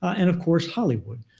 and of course, hollywood.